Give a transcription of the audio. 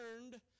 learned